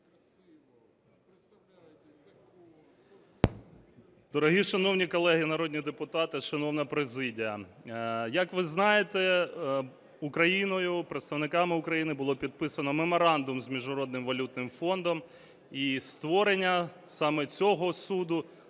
Дорогі шановні колеги народні депутати, шановна президія, як ви знаєте, Україною, представниками України, було підписано Меморандум з Міжнародним валютним фондом і створення саме цього суду